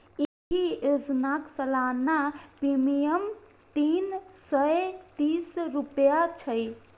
एहि योजनाक सालाना प्रीमियम तीन सय तीस रुपैया छै